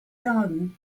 garden